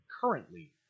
currently